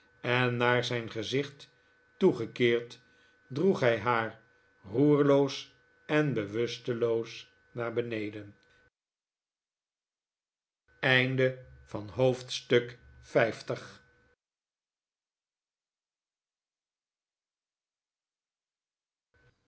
en naar zijn gezicht toegekeerd droeg hij haar roerloos en bewusteloos naar beneden hoofdstuk